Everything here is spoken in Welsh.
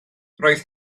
roedd